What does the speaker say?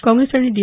काँग्रेस आणि डी